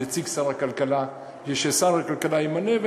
נציג שר הכלכלה ששר הכלכלה ימנה,